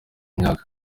imyaka